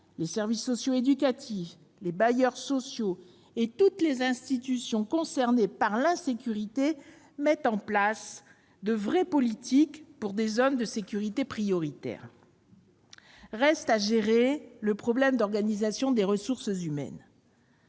les services socioéducatifs, les bailleurs sociaux et toutes les institutions concernées par l'insécurité mettent en place de vraies politiques pour les zones de sécurité prioritaire. Reste à gérer le problème de l'organisation des ressources humaines.